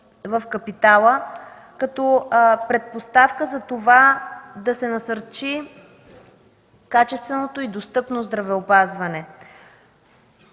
в капитала, като предпоставка да се насърчи качественото и достъпно здравеопазване.